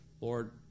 Lord